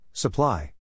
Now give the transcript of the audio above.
Supply